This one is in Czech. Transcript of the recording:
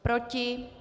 Proti?